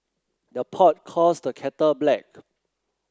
the pot calls the kettle black